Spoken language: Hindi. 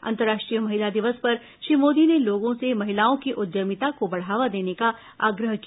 अंतर्राष्ट्रीय महिला दिवस पर श्री मोदी ने लोगों से महिलाओं की उद्यमिता को बढ़ावा देने का आग्रह किया